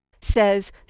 says